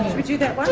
we do that one?